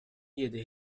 yedi